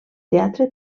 teatre